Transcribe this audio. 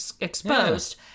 exposed